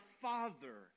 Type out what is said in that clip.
Father